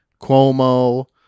Cuomo